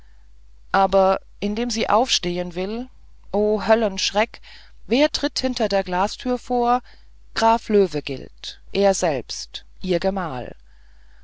aber indem sie aufstehn will o höllenschreck wer tritt hinter der glastür vor graf löwegilt er selber ihr gemahl